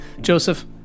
Joseph